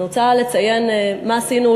אני רוצה לציין מה עשינו,